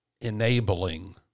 enabling